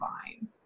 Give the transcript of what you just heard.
fine